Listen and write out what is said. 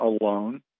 alone